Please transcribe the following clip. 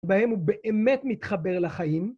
בהם הוא באמת מתחבר לחיים